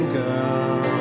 girl